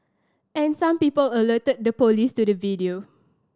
and some people alerted the police to the video